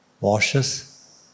washes